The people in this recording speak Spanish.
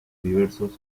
diversos